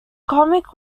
comic